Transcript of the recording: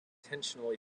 intentionally